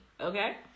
okay